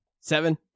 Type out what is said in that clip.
seven